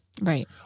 Right